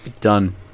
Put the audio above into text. Done